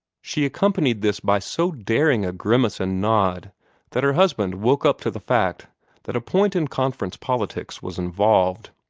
she accompanied this by so daring a grimace and nod that her husband woke up to the fact that a point in conference politics was involved.